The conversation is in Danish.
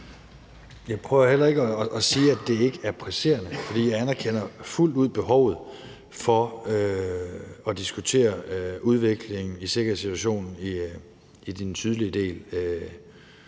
Jeg prøver heller ikke at sige, at det ikke er presserende, for jeg anerkender fuldt ud behovet for at diskutere udviklingen i sikkerhedssituationen i den sydlige del